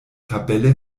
tabelle